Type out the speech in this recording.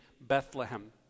Bethlehem